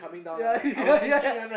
ya ya ya ya